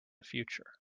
future